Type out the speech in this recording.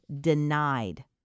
denied